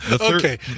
Okay